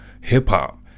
hip-hop